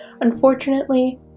Unfortunately